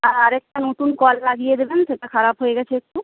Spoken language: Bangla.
আর আরেকটা নতুন কল লাগিয়ে দেবেন সেটা খারাপ হয়ে গেছে একটু